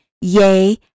Yea